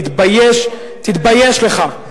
תתבייש לך.